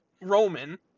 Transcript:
Roman